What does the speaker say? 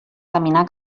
caminar